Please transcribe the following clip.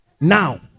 now